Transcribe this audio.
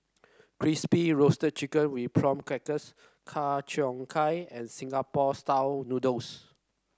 Crispy Roasted Chicken with Prawn Crackers Ku Chai Kueh and Singapore noodles